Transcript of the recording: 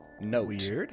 Note